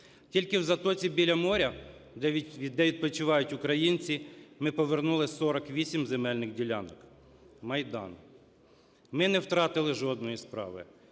Тільки в Затоці біля моря, де відпочивають українці, ми повернули 48 земельних ділянок. Майдан. Ми не втратили жодної справи,